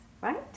right